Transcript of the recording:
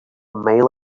mile